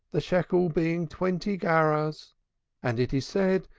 the shekel being twenty gerahs and it is said,